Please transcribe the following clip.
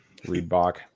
Reebok